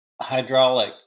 hydraulic